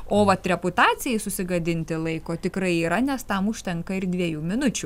o vat reputacijai susigadinti laiko tikrai yra nes tam užtenka ir dviejų minučių